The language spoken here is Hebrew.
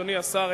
אדוני השר,